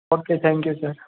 oaky thank you sir